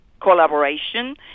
collaboration